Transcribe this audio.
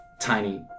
tiny